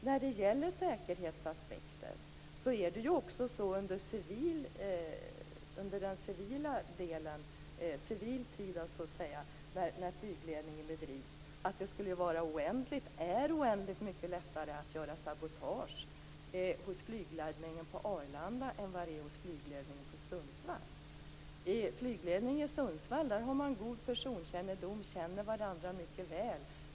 När det gäller säkerhetsaspekter vill jag säga att när flygledning bedrivs civilt är det oändligt mycket lättare att göra sabotage hos flygledningen på Arlanda än hos flygledningen i Sundsvall. I flygledningen i Sundsvall har man god personkännedom, och man känner varandra mycket väl.